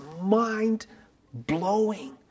mind-blowing